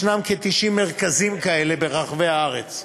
יש כ-90 מרכזים כאלה ברחבי הארץ.